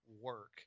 work